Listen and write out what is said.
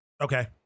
Okay